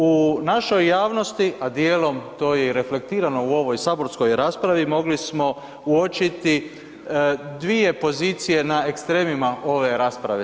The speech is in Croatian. U našoj javnosti, a dijelom to je i reflektirano u ovoj saborskoj raspravi mogli smo uočiti dvije pozicije na ekstremima ove rasprave.